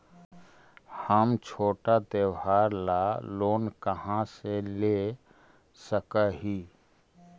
हम छोटा त्योहार ला लोन कहाँ से ले सक ही?